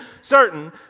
certain